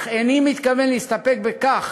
אך איני מתכוון להסתפק בכך